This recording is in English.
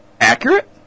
accurate